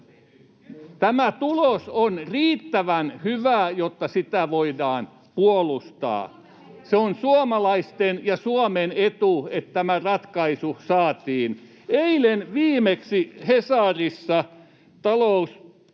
Tämä tulos on riittävän hyvä, jotta sitä voidaan puolustaa. Se on suomalaisten ja Suomen etu, että tämä ratkaisu saatiin. Eilen viimeksi Hesarissa taloustutkija